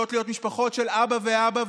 יכולות להיות משפחות של אבא ואבא,